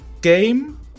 game